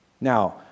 Now